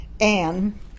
Anne